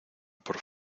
por